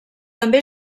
també